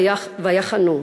"ויחנו".